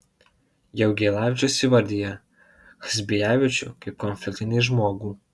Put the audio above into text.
jaugielavičius įvardija chazbijavičių kaip konfliktinį žmogų